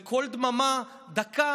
בקול דממה דקה,